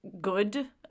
good